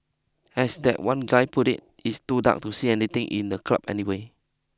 as that one guy put it it's too dark to see anything in the club anyway